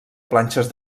planxes